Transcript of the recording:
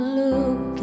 look